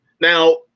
Now